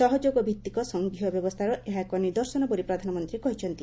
ସହଯୋଗଭିଭିକ ସଘୀୟ ବ୍ୟବସ୍ରାର ଏହା ଏକ ନିଦର୍ଶନ ବୋଲି ପ୍ରଧାନମନ୍ତୀ କହିଛନ୍ତି